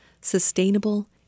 Sustainable